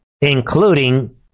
including